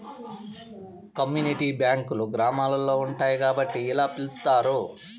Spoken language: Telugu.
కమ్యూనిటీ బ్యాంకులు గ్రామాల్లో ఉంటాయి కాబట్టి ఇలా పిలుత్తారు